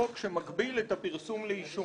חוק שמגביל את הפרסום לעישון.